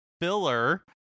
filler